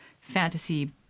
fantasy